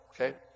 okay